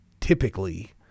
typically